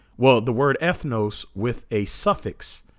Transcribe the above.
well the word ethnos with a suffix